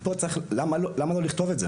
למה לא כתבו?